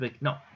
No